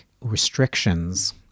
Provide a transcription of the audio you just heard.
restrictions